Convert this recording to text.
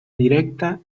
directa